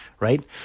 Right